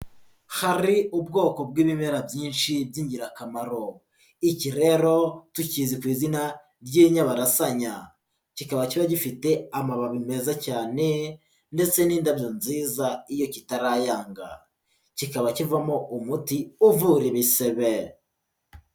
Hari ubwoko bw'ibimera byinshi, by'ingirakamaro. Iki reroro tukizi ku izina ry'inyabarasanya. Kikaba kiba gifite amababi meza cyane, ndetse n'indabyo nziza, iyo kitarayanga. Kikaba kivamo umuti uvura ibisebe.